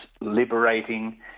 liberating